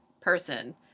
person